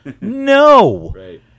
No